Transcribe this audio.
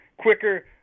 quicker